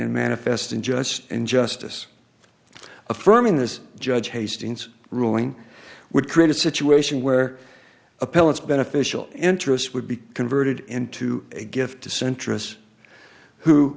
in manifest injustice and justice affirming this judge hastings ruling would create a situation where appellants beneficial interest would be converted into a gift to centrists who